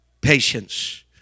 patience